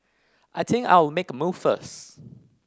I think I'll make a move first